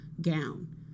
gown